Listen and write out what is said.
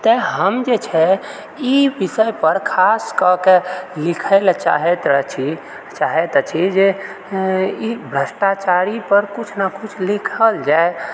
तऽ हम जे छै ई विषय पर खास कऽके लिखय लऽ चाहैत अछि चाहैत अछि जे ई भ्रष्टाचारी पर किछु ने किछु लिखल जाय